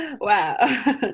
Wow